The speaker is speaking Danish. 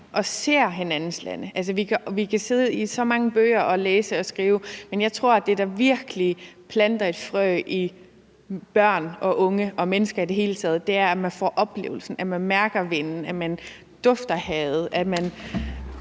og ser hinandens lande. Altså, vi kan sidde og skrive så mange bøger og læse så mange bøger, men jeg tror, at det, der virkelig planter et frø i børn og unge og mennesker i det hele taget, er, at man får oplevelsen, at man mærker vinden, at man lugter havet, at man